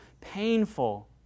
painful